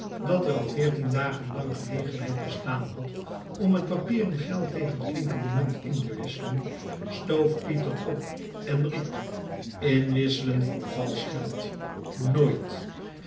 dat er al veertien dagen lang gelegenheid bestaan had om het papieren geld tegen klinkende munt in te wisselen stoof pieter op en riep inwisselen voor valsch geld nooit